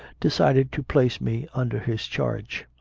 decided to place me under his charge.